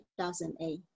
2008